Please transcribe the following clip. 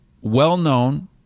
well-known